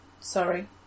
Sorry